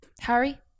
Harry